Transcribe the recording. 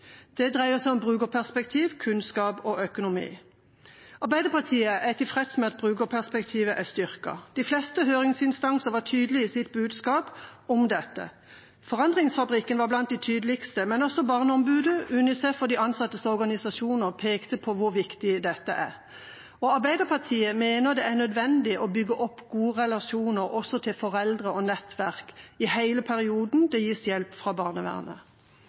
Det dreier seg om brukerperspektiv, kunnskap og økonomi. Arbeiderpartiet er tilfreds med at brukerperspektivet er styrket. De fleste høringsinstansene var tydelige i sitt budskap om dette. Forandringsfabrikken var blant de tydeligste, men også Barneombudet, UNICEF og de ansattes organisasjoner pekte på hvor viktig dette er. Arbeiderpartiet mener det er nødvendig å bygge opp gode relasjoner også til foreldre og nettverk i hele perioden det gis hjelp fra barnevernet.